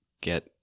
get